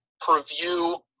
preview